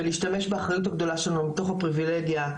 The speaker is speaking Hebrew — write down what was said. ולהשתמש באחריות הגדולה שלנו מתוך הפריבילגיה,